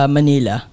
Manila